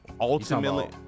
ultimately